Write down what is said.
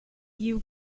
you